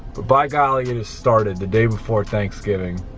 but by golly it has started the day before thanksgiving.